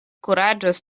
kuraĝos